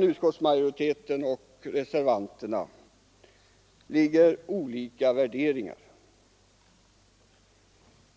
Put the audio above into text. utskottsmajoritetens och reservanternas olika linjer ligger olika värderingar.